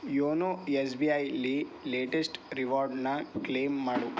YONO S B ಐಲಿ latest ರಿವಾರ್ಡ್ನ claim ಮಾಡು